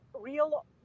real